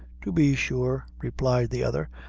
to be sure, replied the other,